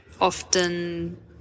often